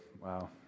Wow